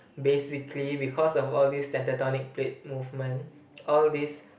basically because of all this tectonic plate movement all this